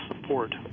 support